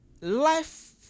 life